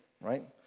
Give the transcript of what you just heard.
Right